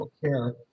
care